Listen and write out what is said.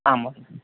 आं महोदय